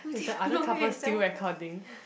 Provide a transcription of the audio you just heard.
is the other couple still recording